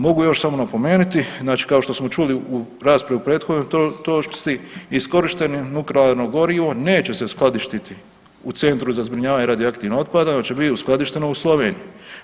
Mogu još samo napomenuti, znači kao što smo čuli u raspravi u prethodnoj točci iskorišteno nuklearno gorivo neće se skladištiti u centru za zbrinjavanje radioaktivnog otpada nego će biti uskladišteno u Sloveniji.